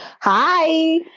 Hi